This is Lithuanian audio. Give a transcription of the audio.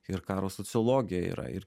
ir karo sociologija yra ir